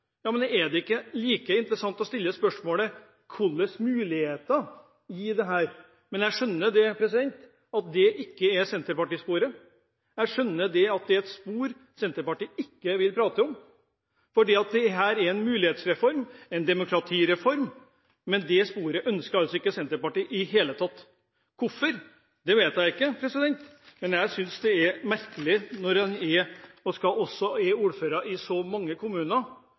Er det ikke like interessant å stille spørsmålet: Hvilke muligheter gir dette? Men jeg skjønner at det ikke er senterpartisporet. Jeg skjønner at det er et spor Senterpartiet ikke vil prate om. Dette er en mulighetsreform, en demokratireform. Men det sporet ønsker altså ikke Senterpartiet i det hele tatt. Hvorfor? Det vet jeg ikke, men jeg synes det er merkelig når det er ordførere i så mange kommuner, at en ikke ser mulighetene dette er